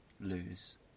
lose